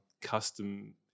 custom